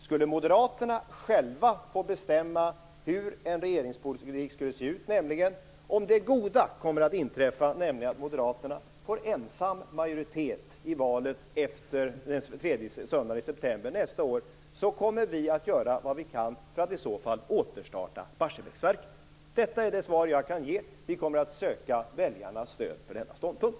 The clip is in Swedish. Om Moderaterna själva skulle få bestämma hur en regeringspolitik skulle se ut, nämligen om det goda kommer att inträffa, dvs. att Moderaterna får egen majoritet i valet efter den tredje söndagen i september nästa år, kommer vi att göra vad vi kan för att återstarta Barsebäcksverket. Detta är det svar som jag kan ge. Vi kommer att söka väljarnas stöd för denna ståndpunkt.